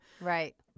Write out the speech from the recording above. Right